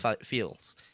feels